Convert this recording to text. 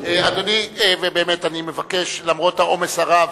אדוני, למרות העומס הרב